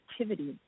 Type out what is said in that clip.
activity